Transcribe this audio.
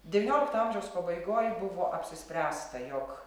devyniolikto amžiaus pabaigoj buvo apsispręsta jog